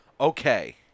Okay